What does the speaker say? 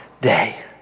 day